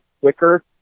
quicker